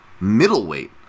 middleweight